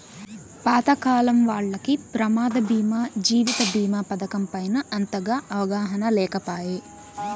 పాతకాలం వాల్లకి ప్రమాద బీమా జీవిత బీమా పతకం పైన అంతగా అవగాహన లేకపాయె